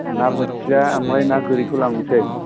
ना बोथिया ओमफाय ना गोरिखौ लांसै